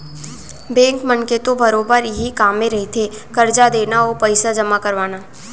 bank मन के तो बरोबर इहीं कामे रहिथे करजा देना अउ पइसा जमा करवाना